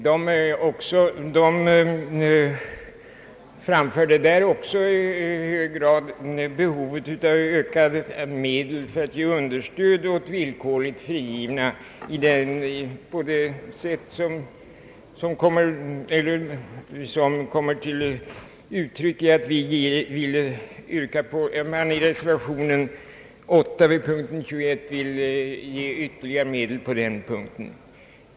Det framfördes där också i hög grad behovet av ökade medel för att ge understöd åt villkorligt frigivna på det sätt som kommer till uttryck i reservation 8 vid punkt 21, där reservanterna begär ytterligare medel för detta ändamål.